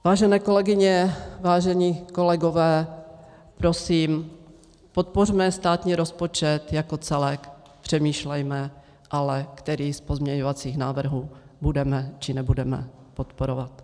Vážené kolegyně, vážení kolegové, prosím, podpořme státní rozpočet jako celek, přemýšlejme ale, který z pozměňovacích návrhů budeme, či nebudeme podporovat.